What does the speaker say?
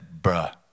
bruh